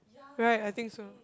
right I think so